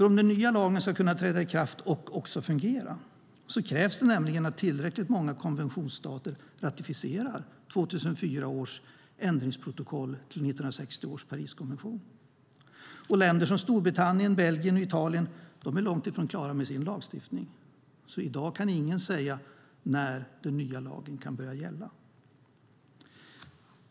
Om den nya lagen ska kunna träda i kraft och också fungera krävs det nämligen att tillräckligt många konventionsstater ratificerar 2004 års ändringsprotokoll till 1960 års Pariskonvention. Och länder som Storbritannien, Belgien och Italien är långt ifrån klara med sin lagstiftning. I dag kan ingen säga när den nya lagen kan börja gälla.